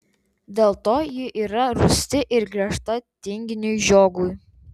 dėl to ji yra rūsti ir griežta tinginiui žiogui